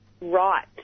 right